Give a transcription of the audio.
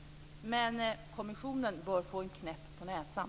Men komissionen bör få en knäpp på näsan.